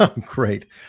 Great